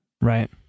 Right